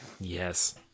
Yes